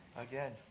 Again